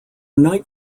night